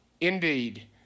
indeed